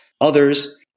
Others